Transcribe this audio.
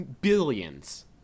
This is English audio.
Billions